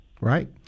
Right